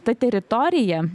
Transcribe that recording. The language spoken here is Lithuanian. ta teritorija